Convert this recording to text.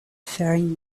faring